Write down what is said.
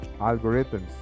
algorithms